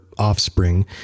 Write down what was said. Offspring